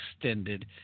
extended